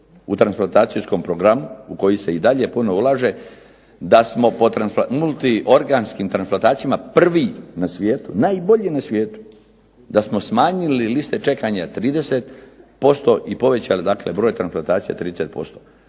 u transplantacijskom programu u koji se i dalje puno ulaže, da smo po multiorganskim transplantacijama prvi na svijetu, najbolji na svijetu, da smo smanjili liste čekanja 30% i povećali dakle broj transplantacija 30%.